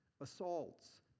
assaults